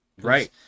Right